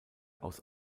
aus